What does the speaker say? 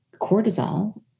cortisol